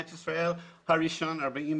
הראשון במדינת ישראל,